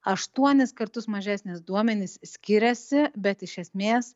aštuonis kartus mažesnis duomenys skiriasi bet iš esmės